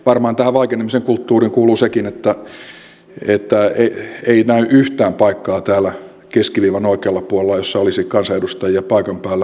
ja varmaan tähän vaikenemisen kulttuuriin kuuluu sekin että ei näy yhtään paikkaa täällä keskiviivan oikealla puolella jossa olisi kansanedustaja paikan päällä